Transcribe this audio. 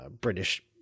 british